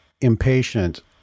impatient